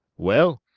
well,